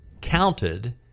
counted